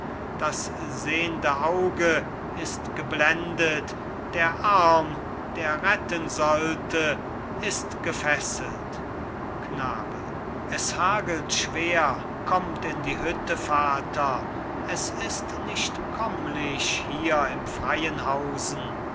das seh'nde auge ist geblendet der arm der retten sollte ist gefesselt knabe es hagelt schwer kommt in die hütte vater es ist nicht kommlich hier im freien hausen